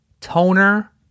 Toner